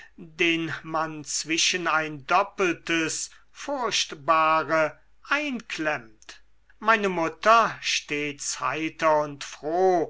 den man zwischen ein doppeltes furchtbare einklemmt meine mutter stets heiter und froh